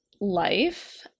life